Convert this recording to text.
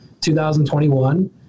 2021